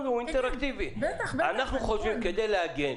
כדי להגן,